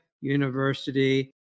University